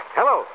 Hello